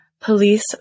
police